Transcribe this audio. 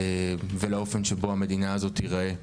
ולאופן שבו המדינה הזו תיראה.